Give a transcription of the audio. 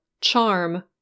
charm